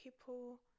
people